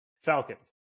Falcons